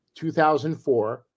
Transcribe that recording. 2004